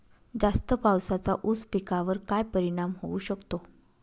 जास्त पावसाचा ऊस पिकावर काय परिणाम होऊ शकतो?